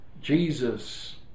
Jesus